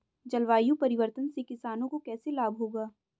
जलवायु परिवर्तन से किसानों को कैसे लाभ होगा?